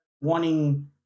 wanting